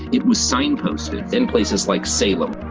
it was signposted, in places like salem.